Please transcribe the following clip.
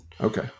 Okay